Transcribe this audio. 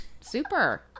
super